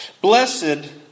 Blessed